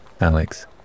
Alex